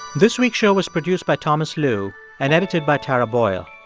this week's show was produced by thomas lu and edited by tara boyle.